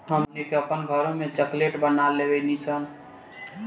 हमनी के आपन घरों में चॉकलेट बना लेवे नी सन